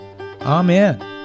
Amen